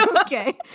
okay